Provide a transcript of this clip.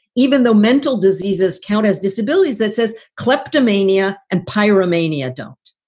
even though mental diseases count as disabilities, that says kleptomania and pyromania don't.